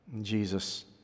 Jesus